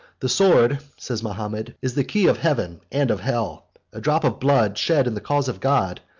the sword, says mahomet, is the key of heaven and of hell a drop of blood shed in the cause of god,